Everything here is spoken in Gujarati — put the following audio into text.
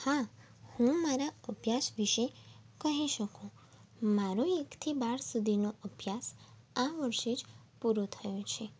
હા હું મારા અભ્ચાસ વિશે કહી શકું મારો એકથી બાર સુધીનો અભ્યાસ આ વર્ષે જ પૂરો થયો છે